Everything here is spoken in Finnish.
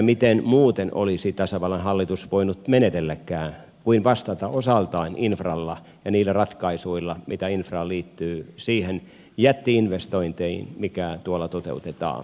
miten muuten olisi tasavallan hallitus voinut menetelläkään kuin vastata osaltaan infralla ja niillä ratkaisuilla mitä infraan liittyy siihen jätti investointiin mikä tuolla toteutetaan